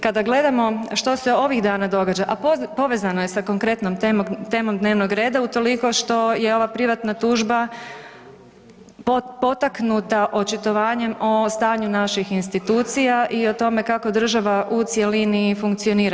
Kada gledamo što se ovih dana događa, a povezano je sa konkretnom temom dnevnog reda utoliko što je ova privatna tužba potaknuta očitovanjem o stanju naših institucija i o tome kako država u cjelini funkcionira.